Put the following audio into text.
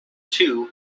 two